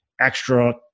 extra